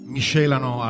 Miscelano